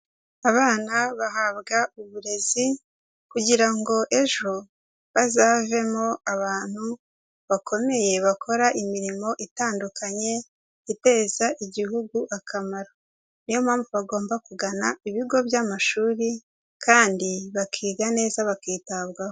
Abana bahabwa uburezi kugira ngo ejo bazavemo abantu bakomeye, bakora imirimo itandukanye iteza igihugu akamaro. Ni yo mpamvu bagomba kugana ibigo by'amashuri kandi bakiga neza bakitabwaho.